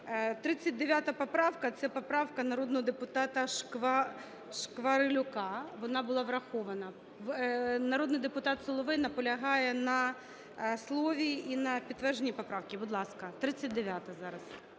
39 поправка – це поправка народного депутата Шкварилюка. Вона була врахована. Народний депутат Соловей наполягає на слові і на підтвердженні поправки. Будь ласка, 39-а зараз.